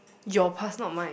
your past not mine